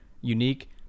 unique